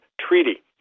treaty